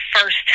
first